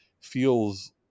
feels